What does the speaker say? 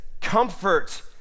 comfort